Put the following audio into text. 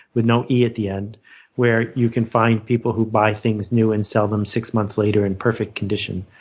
with no e at the end where you can find people who buy things new and sell them six months later in perfect condition.